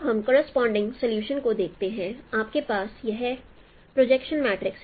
तो हम corresponding solution को देखते हैंआपके पास यह प्रोजेक्शन मैट्रिक्स है